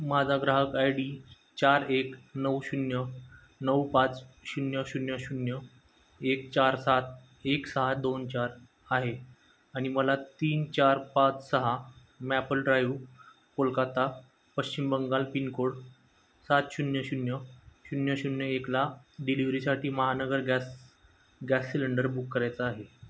माझा ग्राहक I D चार एक नऊ शून्य नऊ पाच शून्य शून्य शून्य एक चार सात एक सहा दोन चार आहे आणि मला तीन चार पाच सहा maple drive Kolkata Paschim Bengal pin code सात शून्य शून्य शून्य शून्य एकला डिलिवरीसाठी Mahanagar gas gas cylinder book करायचा आहे